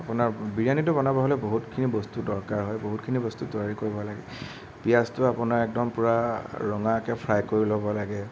আপোনাৰ বিৰিয়ানিটো বনাব হ'লে বহুতখিনি বস্তুৰ দৰকাৰ হয় বহুতখিনি বস্তু তৈয়াৰ কৰিব লাগে পিঁয়াজটো আপোনাৰ একদম পুৰা ৰঙাকৈ ফ্ৰাই কৰি ল'ব লাগে